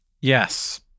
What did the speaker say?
Yes